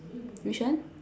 which one